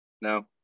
No